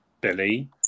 Billy